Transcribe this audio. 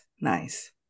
Nice